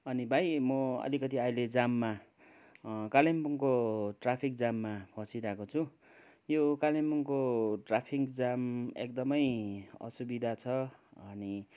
अनि भाइ म अलिकति अहिले जाममा कालिम्पोङको ट्राफिक जाममा फँसिरहेको छु यो कालिम्पोङको ट्राफिक जाम एकदमै असुविधा छ अनि